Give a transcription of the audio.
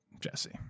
Jesse